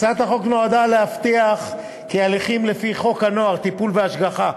הצעת החוק נועדה להבטיח כי הליכים לפי חוק הנוער (טיפול והשגחה),